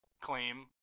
claim